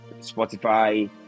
Spotify